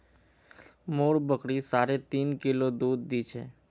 मोर बकरी साढ़े तीन किलो दूध दी छेक